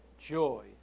Joy